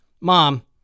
mom